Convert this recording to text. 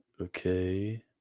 Okay